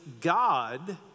God